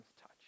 touch